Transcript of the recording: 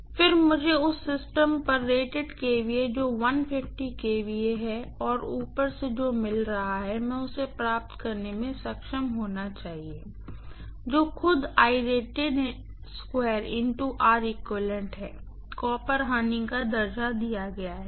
फिर मुझे हर उस सिस्टम पर रेटेड केवीए जो kVA है और सबसे ऊपर जो मिल रहा है मैं उसे प्राप्त करने में सक्षम होना चाहिए जो खुद है कॉपर लॉस का दर्जा दिया है